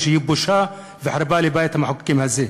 שהיא בושה וחרפה לבית-המחוקקים הזה.